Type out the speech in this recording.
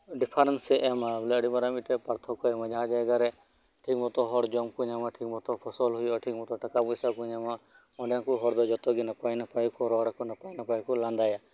difference ᱮ ᱮᱢᱟ ᱵᱚᱞᱮ ᱟᱰᱤᱢᱟᱨᱟᱝ ᱢᱤᱜᱴᱟᱱ ᱯᱟᱨᱛᱷᱚᱠᱚᱭ ᱮᱢᱟ ᱡᱟᱦᱟᱸ ᱡᱟᱭᱜᱟ ᱨᱮ ᱴᱷᱤᱠ ᱢᱚᱛᱚ ᱦᱚᱲ ᱡᱚᱢ ᱠᱚ ᱧᱟᱢᱟ ᱴᱷᱤᱠ ᱢᱚᱛᱚ ᱯᱷᱚᱥᱚᱞ ᱦᱩᱭᱩᱜᱼᱟ ᱴᱷᱤᱠ ᱢᱚᱛᱚ ᱴᱟᱠᱟ ᱯᱚᱭᱥᱟ ᱠᱚ ᱧᱟᱢᱟ ᱚᱸᱰᱮᱱ ᱠᱚ ᱦᱚᱲ ᱫᱚ ᱡᱚᱛᱚᱜᱮ ᱱᱟᱯᱟᱭ ᱱᱟᱯᱟᱭ ᱠᱚ ᱨᱚᱲᱟ ᱠᱚ ᱱᱟᱯᱟᱭ ᱱᱟᱯᱟᱭ ᱠᱚ ᱞᱟᱸᱫᱟᱭᱟ